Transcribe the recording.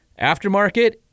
aftermarket